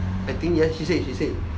I think yes she said she said